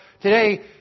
Today